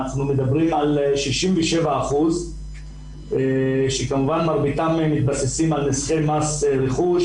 אנחנו מדברים על 67 אחוזים שכמובן מרביתם מתבססים על הסכם מס רכוש